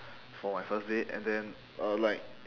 for my first date and then uh like